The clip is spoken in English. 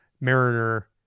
Mariner